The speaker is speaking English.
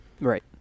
Right